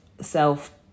self